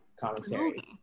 commentary